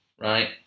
right